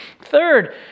Third